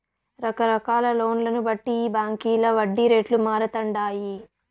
రకరకాల లోన్లను బట్టి ఈ బాంకీల వడ్డీ రేట్లు మారతండాయి